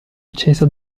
acceso